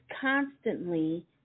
constantly